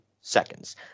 seconds